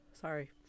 sorry